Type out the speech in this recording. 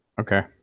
Okay